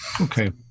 Okay